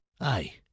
Aye